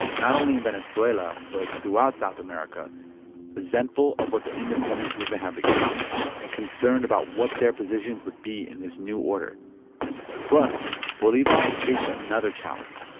not only in venezuela but throughout south america resentful of what the independence movement had become and concerned about what their positions would be in this new order plus, bolivar faced another challenge.